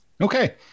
Okay